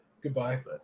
Goodbye